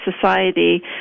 society